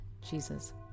Jesus